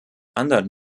anderen